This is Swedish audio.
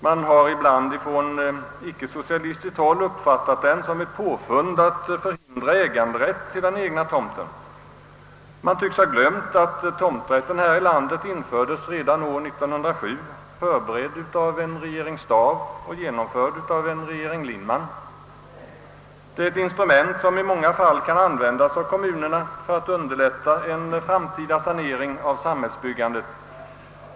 Man har från icke socialistiskt håll ibland uppfattat tomträttslagstiftningen som ett påfund för att förhindra äganderätt till den egna tomten. Man tycks ha glömt att tomträttslagstiftningen infördes redan 1907 här i landet, förberedd av regeringen Staaff och genomförd av regeringen Lindman. Den är ett instrument, som i många fall kan användas av kommunerna för att underlätta en framtida sanering av samhällenas byggnadsbestånd.